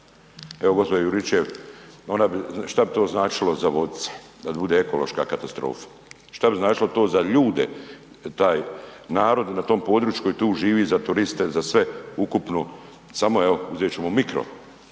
Evo gospođo Juričev šta bi to značilo za Vodice da bude ekološka katastrofa? Šta bi značilo za ljude taj narod na tom području koji tu živi, za turiste, za sve ukupno? Samo uzet ćemo mikro,